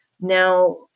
Now